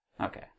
Okay